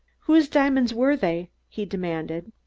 whose diamonds were they? he demanded.